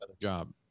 job